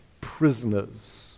prisoners